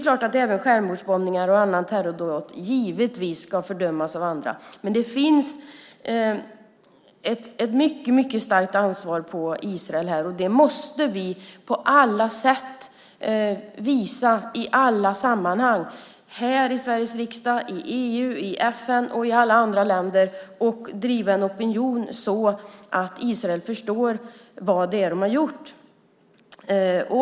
Givetvis ska självmordsbombningar och andra terrordåd fördömas av andra, men det finns ett mycket starkt ansvar hos Israel här, och det måste vi på alla sätt visa i alla sammanhang - här i riksdagen, i EU, i FN och i alla länder - och driva en opinion så att Israel förstår vad det är man har gjort.